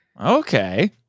okay